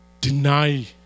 deny